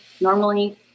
normally